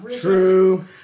true